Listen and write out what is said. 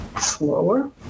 slower